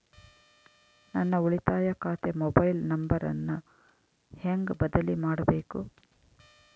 ನನ್ನ ಉಳಿತಾಯ ಖಾತೆ ಮೊಬೈಲ್ ನಂಬರನ್ನು ಹೆಂಗ ಬದಲಿ ಮಾಡಬೇಕು?